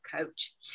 coach